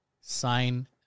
sign